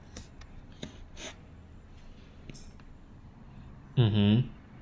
mmhmm